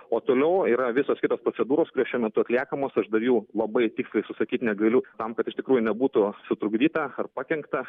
o toliau yra visos kitos procedūros kurios šiuo metu atliekamos aš dar jų labai tiksliai susakyt negaliu tam kad iš tikrųjų nebūtų sutrukdyta ar pakenkta